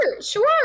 sure